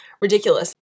ridiculous